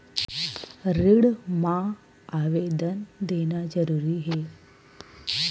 ऋण मा आवेदन देना जरूरी हे?